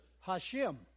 Hashem